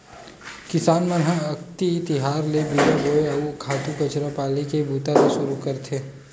किसान मन ह अक्ति तिहार ले बीजा बोए, अउ खातू कचरा पाले के बूता ल सुरू करथे